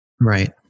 Right